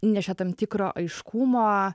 įnešė tam tikro aiškumo